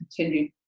continue